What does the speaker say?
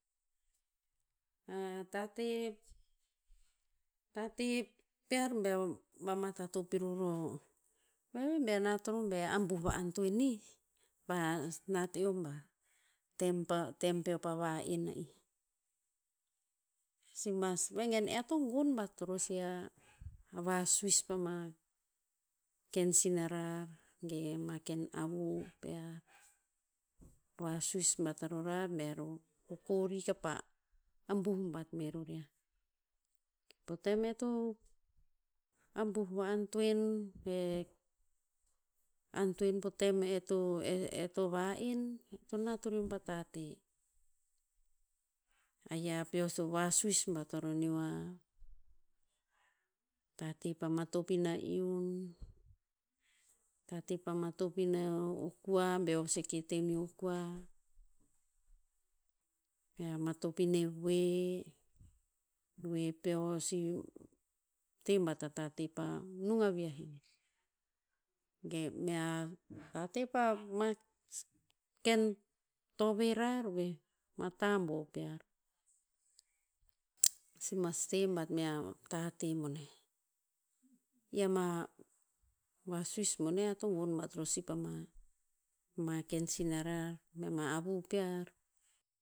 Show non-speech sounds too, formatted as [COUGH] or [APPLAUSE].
[HESITATION] tate- tate pear bea vamatatop iror o, ve ve bear nat ror bea abuh va antoen nih. Ba nat eom bah, tem pa, tem peo pa va'en na'ih. Si mas, vegen ea to gon bat ror si a, a vasuis pama, ken sina rar, ge ama ken avu pear. Vasuis bat a rorar baer o kokori kapa abuh bat meror yiah. Po tem e to, abuh va antoen be antoen po tem e to- e to va'en. E to nat ureom pa tate. Aya peo to vasuis bat a ro neo a, tate pa matop ina iun, tate pa matop ino kua beo seke te meo kua. Mea matop ine voe, voe peo si te bat a tate pa nung aviah iniah. Ge mea, tate pama ken, tove rar veh. Ma tabo pear. Ea si mas te bat mea tate boneh. I ama, vasuis boneh ea to gon bat ror si pama, ma ken sina rar, mea ma uvu pear